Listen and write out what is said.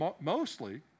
mostly